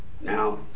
Now